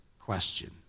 question